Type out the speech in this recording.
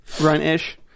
Run-ish